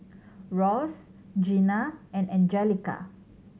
Ross Gina and Angelica